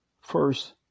First